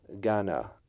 Ghana